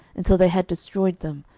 until they had destroyed them,